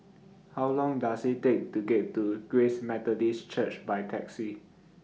How Long Does IT Take to get to Grace Methodist Church By Taxi